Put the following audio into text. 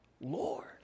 Lord